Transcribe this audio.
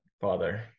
father